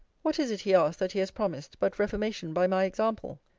what is it, he asks, that he has promised, but reformation by my example?